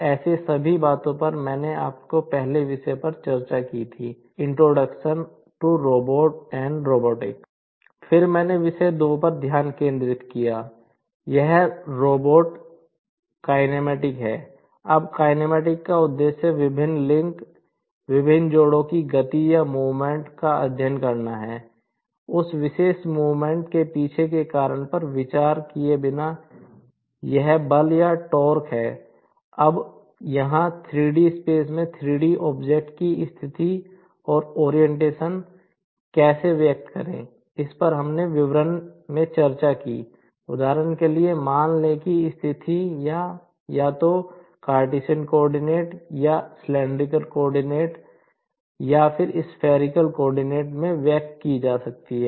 ऐसी सभी बातें पर मैंने आपके पहले विषय पर चर्चा की थी वह है introduction to robots and robotics फिर मैंने विषय 2 पर ध्यान केंद्रित किया यह रोबोट में व्यक्त की जा सकती है